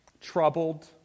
Troubled